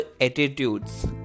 attitudes